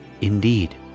indeed